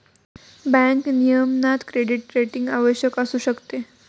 bank नियमनात credit rating आवश्यक असू शकते